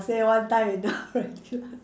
say one time you don't